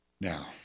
Now